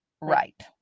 right